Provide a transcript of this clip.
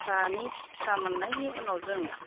फिसानि फिसा मोननायनि उनाव जोंनो